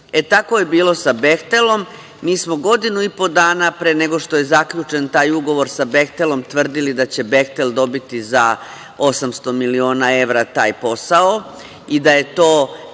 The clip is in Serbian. tako je bilo sa "Behtelom". Mi smo godinu i po dana pre nego što je zaključen taj ugovor sa "Behtelom" tvrdili da će "Behtel" dobiti za 800 miliona evra taj posao i da je to